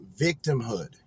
victimhood